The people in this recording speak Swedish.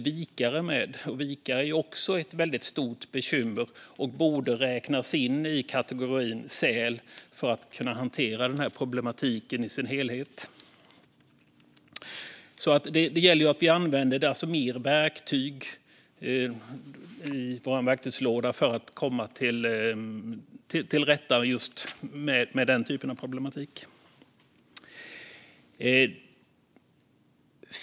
Vikare är ett väldigt stort bekymmer, och de borde räknas in i kategorin säl för att man ska kunna hantera problematiken i dess helhet. Det gäller att använda fler verktyg i verktygslådan för att komma till rätta med den typen av problematik.